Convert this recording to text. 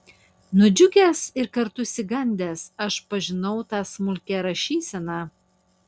nudžiugęs ir kartu išsigandęs aš pažinau tą smulkią rašyseną